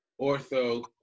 ortho